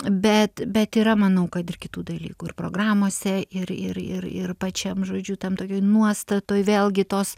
bet bet yra manau kad ir kitų dalykų ir programose ir ir ir ir pačiam žodžiu tam tokioj nuostatoj vėlgi tos